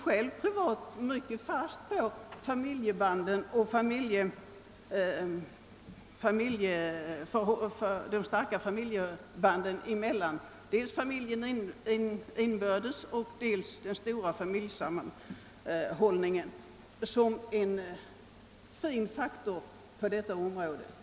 Själv tror jag fast på de starka familjebanden som en värdefull faktor på detta område.